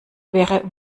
wäre